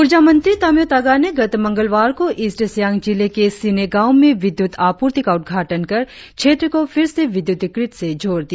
उर्जा मंत्री तामियों तागा ने गत मंगलवार को ईस्ट सियांग जिले के सिने गांव में विद्युत आपूर्ति का उद्घाटन कर क्षेत्र को फिर से विद्युतीकृत से जोड़ दिया